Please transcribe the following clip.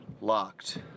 locked